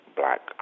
black